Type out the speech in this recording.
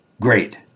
Great